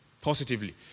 positively